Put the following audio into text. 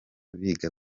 biga